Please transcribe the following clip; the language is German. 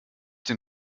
den